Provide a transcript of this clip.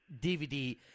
DVD